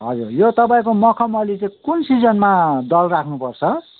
हजुर यो तपाईँको मखमली चाहिँ कुन सिजनमा दल राख्नुपर्छ